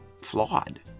flawed